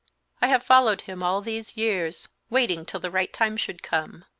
i have followed him all these years, waiting till the right time should come,